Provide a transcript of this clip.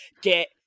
Get